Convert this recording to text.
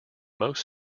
most